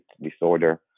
disorder